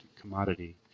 commodity